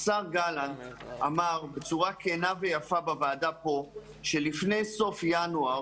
השר גלנט אמר בצורה כנה ויפה בוועדה פה שלפני סוף ינואר